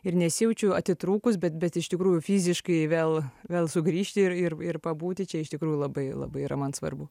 ir nesijaučiu atitrūkus bet bet iš tikrųjų fiziškai vėl vėl sugrįžti ir ir ir pabūti čia iš tikrųjų labai labai yra man svarbu